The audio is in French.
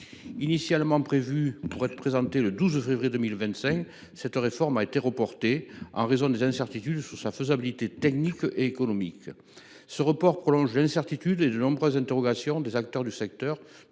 initialement être présentée le 12 février 2025, cette réforme a été reportée en raison des incertitudes sur sa faisabilité technique et économique. Ce report prolonge l’incertitude et les nombreuses interrogations des acteurs du secteur,